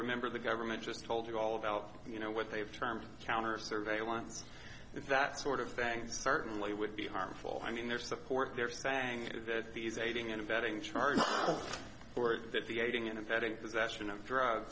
remember the government just told you all about you know what they've term counter surveillance is that sort of thing and certainly would be harmful i mean their support they're saying is that these aiding and abetting charge or if the aiding and abetting possession of drugs